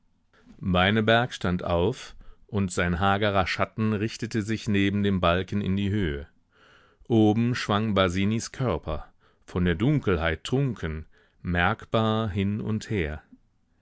beineberg stand auf und sein hagerer schatten richtete sich neben dem balken in die höhe oben schwang basinis körper von der dunkelheit trunken merkbar hin und her